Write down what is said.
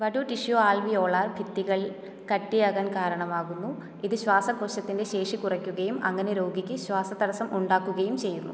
വടു tissue alveolar ഭിത്തികൾ കട്ടിയാകാൻ കാരണമാകുന്നു ഇത് ശ്വാസകോശത്തിൻ്റെ ശേഷി കുറയ്ക്കുകയും അങ്ങനെ രോഗിക്ക് ശ്വാസ തടസ്സം ഉണ്ടാക്കുകയും ചെയ്യുന്നു